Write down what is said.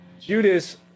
Judas